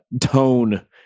tone